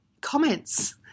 Comments